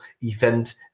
event